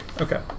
Okay